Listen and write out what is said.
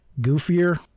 goofier